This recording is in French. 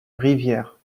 rivière